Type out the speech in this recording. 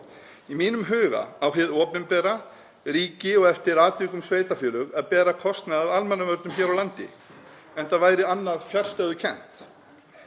Í mínum huga á hið opinbera ríki og eftir atvikum sveitarfélög að bera kostnað af almannavörnum hér á landi, enda væri annað fjarstæðukennt.